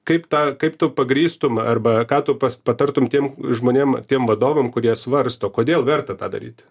kaip tą kaip tu pagrįstum arba ką tu patartum tiem žmonėm tiem vadovam kurie svarsto kodėl verta tą daryt